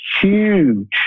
huge